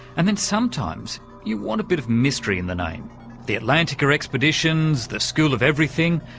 and then sometimes you want a bit of mystery in the name the atlantica expeditions, the school of everything,